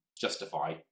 justify